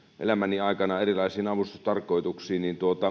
elämäni aikana erilaisiin avustustarkoituksiin